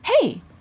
Hey